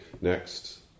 next